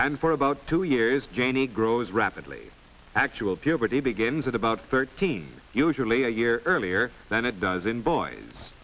and for about two years janie grows rapidly actual puberty begins at about thirteen usually a year earlier than it does in boys